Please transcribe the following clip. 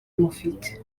mufite